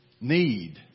need